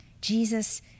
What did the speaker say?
Jesus